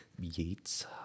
Yeats